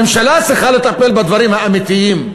ממשלה צריכה לטפל בדברים האמיתיים,